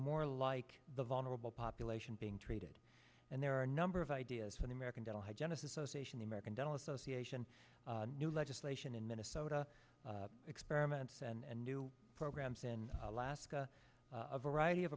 more like the vulnerable population being treated and there are a number of ideas in american dental hygienists association the american dental association new legislation in minnesota experiments and new programs in alaska a variety of